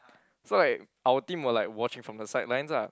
so like our team were like watching from the sidelines lah